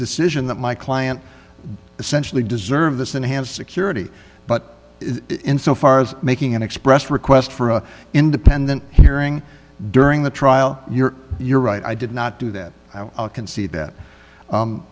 decision that my client essentially deserve this enhanced security but in so far as making an expressed request for a independent hearing during the trial you're you're right i did not do that i'll concede that